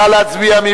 נא להצביע.